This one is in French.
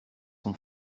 son